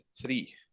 three